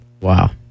Wow